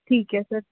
ਠੀਕ ਹੈ ਸਰ